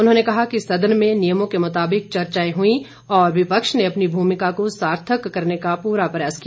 उन्होंने कहा कि सदन में नियमों के मुताबिक चर्चाए हुईं और विपक्ष ने अपनी भूमिका को सार्थक करने का पूरा प्रयास किया